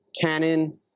Canon